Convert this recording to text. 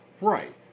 Right